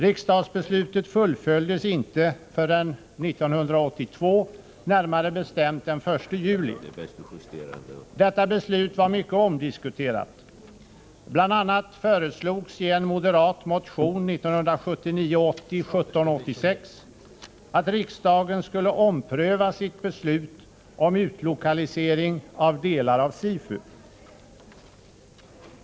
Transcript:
Riksdagsbeslutet fullföljdes inte förrän 1982, närmare bestämt den 1 juli. Detta beslut var mycket omdiskuterat. Bl.a. föreslogs i en moderat motion, 1979/80:1786, att riksdagen skulle ompröva sitt beslut om utlokalisering av delar av SIFU.